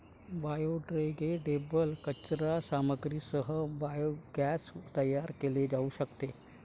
biodegradable कचरा सामग्रीसह biogas तयार केले जाऊ शकते